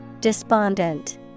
Despondent